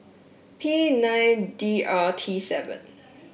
P nine D R T seven